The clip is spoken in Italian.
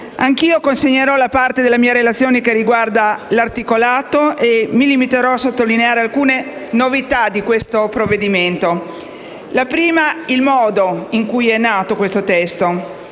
Anche io consegnerò la parte della mia relazione che riguarda l'articolato e mi limiterò a sottolineare alcune novità di questo testo. La prima è il modo in cui il disegno